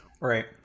Right